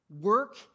work